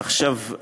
עכשיו,